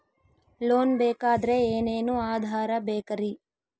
Loan ಬೇಕಾದ್ರೆ ಏನೇನು ಆಧಾರ ಬೇಕರಿ?